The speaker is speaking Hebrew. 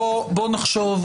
תחשבו.